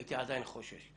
הייתי עדיין חושש.